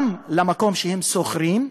גם למקום שהם שוכרים,